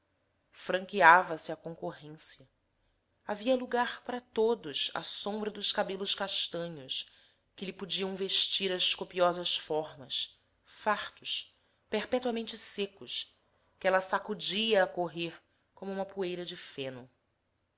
depredações franqueava se à concorrência havia lugar para todos à sombra dos cabelos castanhos que lhe podiam vestir as copiosas formas fartos perpetuamente secos que ela sacudia a correr como uma poeira de feno